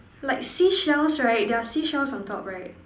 like seashells right there're seashells on top right